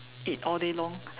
eat all day long